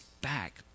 back